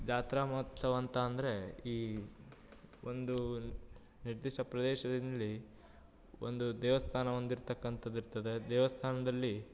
ಜಾತ್ರಾ ಮಹೋತ್ಸವ ಅಂತ ಅಂದರೆ ಈ ಒಂದು ನಿರ್ದಿಷ್ಟ ಪ್ರದೇಶದಲ್ಲಿ ಒಂದು ದೇವಸ್ಥಾನ ಒಂದಿರ್ತಕ್ಕಂಥದ್ದು ಇರ್ತದೆ ದೇವಸ್ಥಾನದಲ್ಲಿ